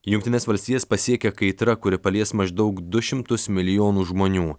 jungtines valstijas pasiekė kaitra kuri palies maždaug du šimtus milijonų žmonių